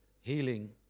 healing